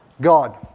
God